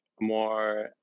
more